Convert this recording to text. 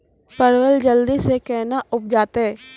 परवल जल्दी से के ना उपजाते?